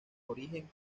origen